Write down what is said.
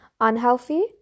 unhealthy